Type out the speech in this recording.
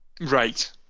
Right